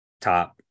top